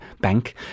bank